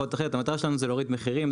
המטרה שלנו היא הורדת המחירים.